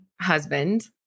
husband